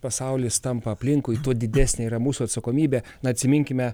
pasaulis tampa aplinkui tuo didesnė yra mūsų atsakomybė na atsiminkime